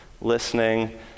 listening